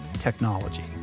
technology